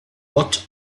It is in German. ott